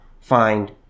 find